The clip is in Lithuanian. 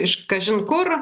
iš kažin kur